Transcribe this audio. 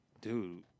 Dude